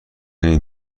این